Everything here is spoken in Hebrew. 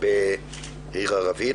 בעיר ערבית,